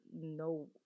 no